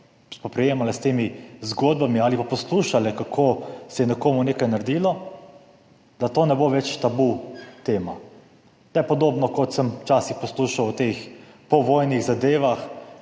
spoprijemale s temi zgodbami ali pa poslušale, kako se je nekomu nekaj naredilo, to ne bo več tabu tema. To je podobno, kot sem včasih poslušal o teh povojnih zadevah,